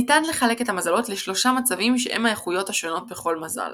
ניתן לחלק את המזלות ל-3 מצבים שהם האיכויות השונות בכל מזל